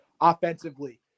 offensively